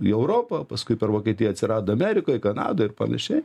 į europą paskui per vokietiją atsirado amerikoj kanadoj ir panašiai